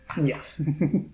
Yes